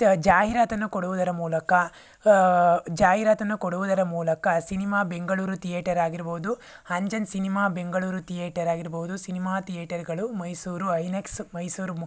ಜಾಹೀರಾತನ್ನು ಕೊಡುವುದರ ಮೂಲಕ ಜಾಹೀರಾತನ್ನು ಕೊಡುವುದರ ಮೂಲಕ ಸಿನಿಮಾ ಬೆಂಗಳೂರು ಥಿಯೇಟರಾಗಿರಬಹುದು ಅಂಜನ್ ಸಿನಿಮಾ ಬೆಂಗಳೂರು ಥಿಯೇಟರಾಗಿರಬಹುದು ಸಿನಿಮಾ ಥಿಯೇಟರ್ಗಳು ಮೈಸೂರು ಐನೆಕ್ಸ್ ಮೈಸೂರು